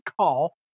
call